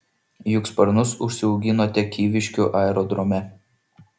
juk sparnus užsiauginote kyviškių aerodrome